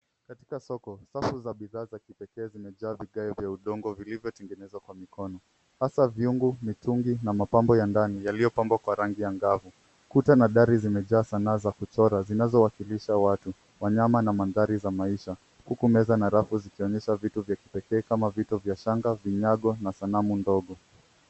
Katika soko, safu za kipekee za bidhaa zimejaa zimejaa vigae vya udongo vilivyotengenezwa kwa mikono hasa vyungu, mitungi na mapambo mengine yaliyopambwa kwa rangi angavu. Kuta na dari zimejaa sanaa za kuchora zinazowakilisha watu, wanyama na mandhari za maisha huku meza zikionyesha vitu vya kipekee kama vya shanga, vinayago na sanamu ndogo.